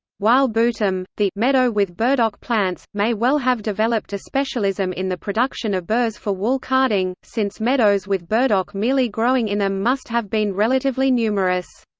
while boultham, the meadow with burdock plants, may well have developed a specialism in the production of burrs for wool-carding, since meadows with burdock merely growing in them must have been relatively numerous.